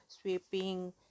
sweeping